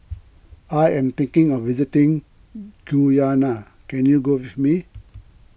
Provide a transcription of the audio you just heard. I am thinking of visiting Guyana can you go with me